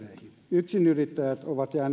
yksinyrittäjät ovat jääneet totaalisesti ulkopuolelle